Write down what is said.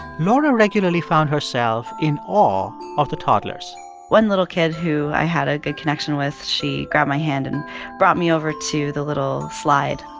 laura regularly found herself in awe of the toddlers one little kid who i had a good connection with, she grabbed my hand and brought me over to the little slide,